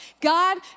God